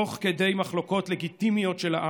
תוך מחלוקות לגיטימיות של העם.